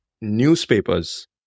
newspapers